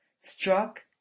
struck